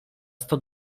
sto